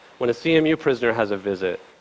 when a cmu prisoner has a visit,